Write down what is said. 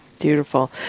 Beautiful